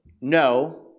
no